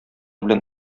белән